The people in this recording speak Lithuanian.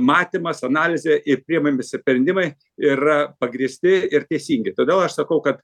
matymas analizė ir priimami se sprendimai yra pagrįsti ir teisingi todėl aš sakau kad